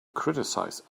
criticize